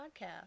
podcast